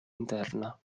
interna